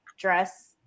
dress